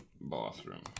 bathroom